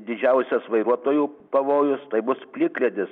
didžiausias vairuotojų pavojus tai bus plikledis